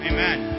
Amen